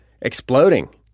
exploding